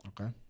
Okay